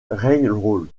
railroad